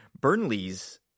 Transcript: burnley's